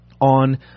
on